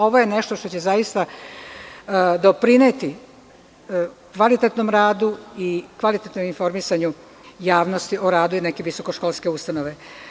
Ovo je nešto što će zaista doprineti kvalitetnom radu i kvalitetnom informisanju javnosti o radu neke visoko školske ustanove.